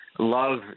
Love